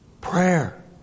Prayer